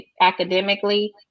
academically